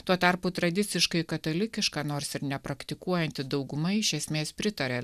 tuo tarpu tradiciškai katalikiška nors ir nepraktikuojanti dauguma iš esmės pritarė